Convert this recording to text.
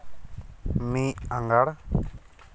ᱢᱤᱫ ᱟᱸᱜᱷᱟᱲ